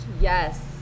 yes